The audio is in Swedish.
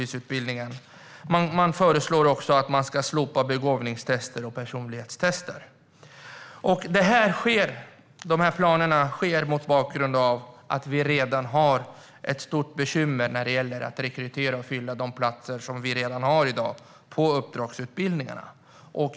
Det föreslås också att begåvningstester och personlighetstester ska slopas. Detta sker mot bakgrund av att vi redan har ett stort bekymmer när det gäller att rekrytera och fylla de platser som vi har i dag på uppdragsutbildningarna.